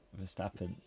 Verstappen